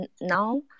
now